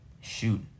shoot